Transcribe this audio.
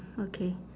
okay